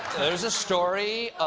there's a story